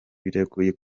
biragoye